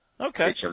Okay